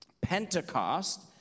Pentecost